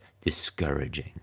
discouraging